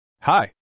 Hi